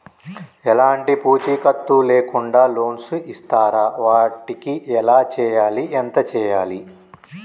ఎలాంటి పూచీకత్తు లేకుండా లోన్స్ ఇస్తారా వాటికి ఎలా చేయాలి ఎంత చేయాలి?